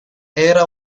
era